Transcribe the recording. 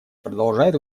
продолжает